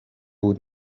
بود